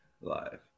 live